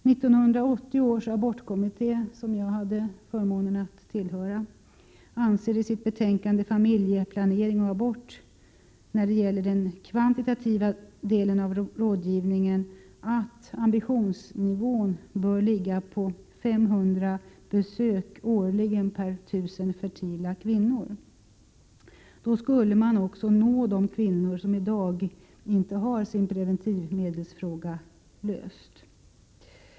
1980 års abortkommitté, som jag hade förmånen att tillhöra, anser i sitt betänkande Familjeplanering och abort när det gäller den kvantitativa delen av rådgivningen att ambitionsnivån bör ligga på 500 besök årligen per 1 000 fertila kvinnor. Då skulle man också nå de kvinnor som inte har sin preventivmedelsfråga löst.